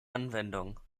anwendung